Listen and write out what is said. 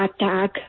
attack